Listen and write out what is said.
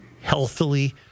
healthily